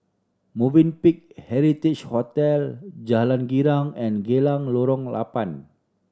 Movenpick Heritage Hotel Jalan Girang and Geylang Lorong Labang